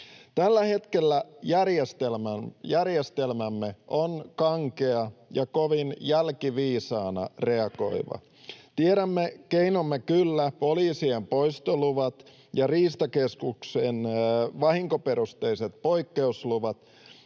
Tällä hetkellä järjestelmämme on kankea ja kovin jälkiviisaana reagoiva. Tiedämme keinomme kyllä, poliisien poistoluvat ja Riistakeskuksen vahinkoperusteiset poikkeusluvat,